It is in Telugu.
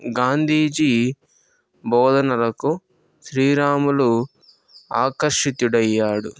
గాంధీజీ బోధనలకు శ్రీరాములు ఆకర్షితుడు అయ్యాడు